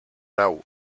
nau